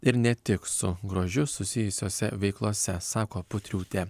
ir ne tik su grožiu susijusiose veiklose sako putriūtė